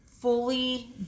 fully